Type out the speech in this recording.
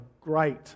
great